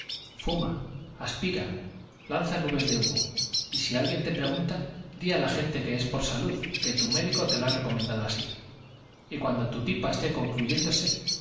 fuma aspira lanza nubes de humo y si alguien te pregunta di a la gente que es por salud que tu médico lo ha recomendado así y cuando tu pipa esté concluyéndose